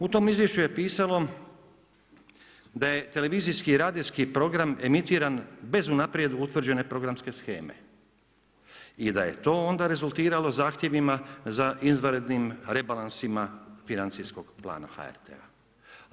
U tom izvješću je pisalo da je televizijski i radijski program emitiran bez unaprijed utvrđene programske sheme i da je to onda rezultiralo zahtjevima za izvanrednim rebalansima financijskog plana HRT-a.